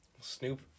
Snoop